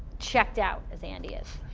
checked out as andy is.